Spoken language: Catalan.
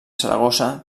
saragossa